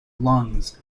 lungs